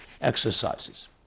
exercises